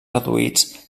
reduïts